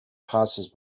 passes